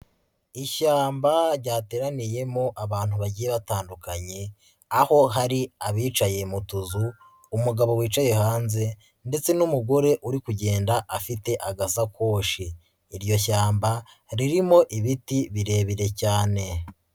Ishyamba ryateraniyemo abantu bagiye batandukanye, aho hari abicaye mu tuzu umugabo wicaye hanze ndetse n'umugore uri kugenda afite agasakoshi, iryo shyamba ririmo ibiti birebire cyane.